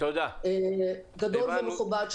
גדול ומכובד,